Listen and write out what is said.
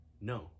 No